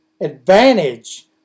advantage